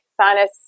sinus